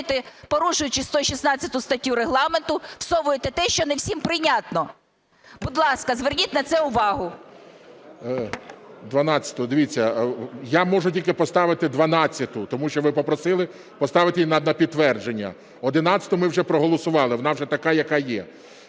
усвідомлюєте, порушуючи 116 статтю Регламенту, всовуєте те, що не всім прийнятно. Будь ласка, зверніть на це увагу. ГОЛОВУЮЧИЙ. Дивіться, я можу тільки поставити 12-у, тому що ви попросили поставити її на підтвердження. 11-у ми проголосували, вона вже така, яка є.